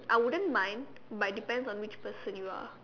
I wouldn't mind but it depends on which person you are